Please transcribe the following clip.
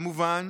כמובן,